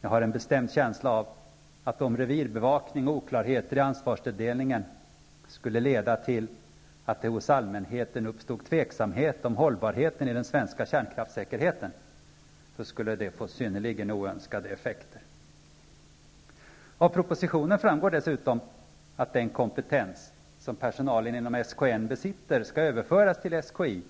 Jag har en bestämd känsla av att om revirbevakning och oklarheter i ansvarsfördelningen skulle leda till att det hos allmänheten uppstod tveksamhet om hållbarheten i den svenska kärnkraftssäkerheten, skulle detta få synnerligen oönskade effekter. Av propositionen framgår dessutom att den kompetens som personalen inom SKN besitter skall överföras till SKI,